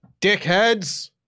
dickheads